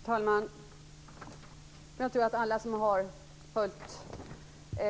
Fru talman! Jag tror att alla som har följt